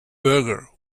burger